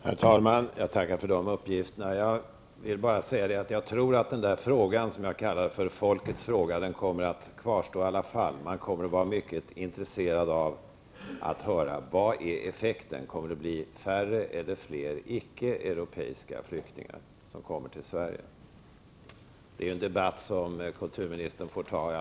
Herr talman! Jag tackar för här lämnade uppgifter. Jag vill bara säga att den fråga som jag kallar för folkets fråga i alla fall kommer att kvarstå. Man kommer att vara mycket intresserad av att få höra vad effekten är -- om det blir färre eller fler icke europeiska flyktingar som kommer till Sverige. Det är en debatt som kulturministern kommer att få ta.